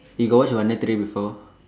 you got watch வண்ணத்திரை:vannaththirai before